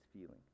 feeling